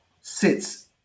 sits